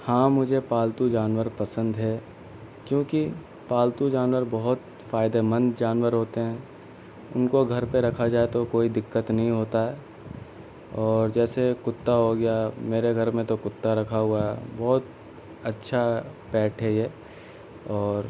ہاں مجھے پالتو جانور پسند ہے کیونکہ پالتو جانور بہت فائدے مند جانور ہوتے ہیں اُن کو گھر پہ رکھا جائے تو کوئی دقت نہیں ہوتا ہے اور جیسے کتّا ہوگیا میرے گھر میں تو کتّا رکھا ہُوا ہے بہت اچھا پیٹ ہے یہ اور